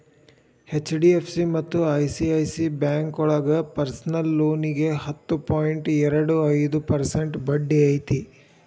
HDFC ಮತ್ತ ICIC ಬ್ಯಾಂಕೋಳಗ personal ಲೋನಿಗಿ ಹತ್ತು ಪಾಯಿಂಟ್ ಎರಡು ಐದು ಪರ್ಸೆಂಟ್ ಬಡ್ಡಿ ಐತಿ